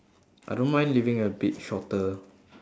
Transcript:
I don't mind living a bit shorter